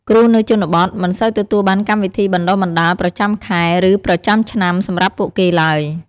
គ្រូនៅជនបទមិនសូវទទួលបានកម្មវិធីបណ្តុះបណ្តាលប្រចាំខែ ឬប្រចាំឆ្នាំ សម្រាប់ពួកគេឡើយ។